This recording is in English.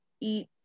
eat